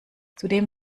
zudem